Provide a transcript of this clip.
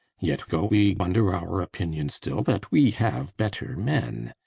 yet go we under our opinion still that we have better men.